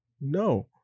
No